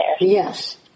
Yes